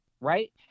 Right